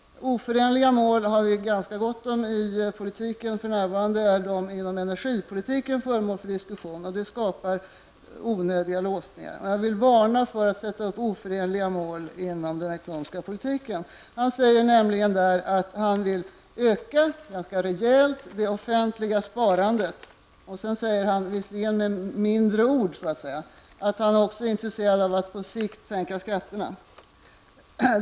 Det finns ganska gott om oförenliga mål i politiken -- för närvarande är de oförenliga målen inom energipolitiken föremål för diskussion -- och det skapar onödiga låsningar. Jag vill varna för att sätta upp oförenliga mål inom den ekonomiska politiken. I propositionen säger Allan Larsson att han ganska rejält vill öka det offentliga sparandet. Med mindre bokstäver står det att Allan Larsson också är intresserad av att på längre sikt sänka skatterna.